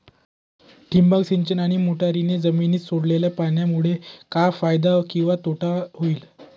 ठिबक सिंचन आणि मोटरीने जमिनीत सोडलेल्या पाण्यामुळे काय फायदा किंवा तोटा होईल?